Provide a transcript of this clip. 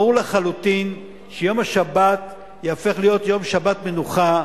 ברור לחלוטין שיום השבת ייהפך להיות יום שבת מנוחה,